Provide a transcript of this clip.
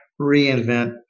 reinvent